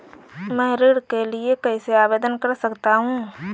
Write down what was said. मैं ऋण के लिए कैसे आवेदन कर सकता हूं?